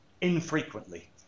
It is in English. infrequently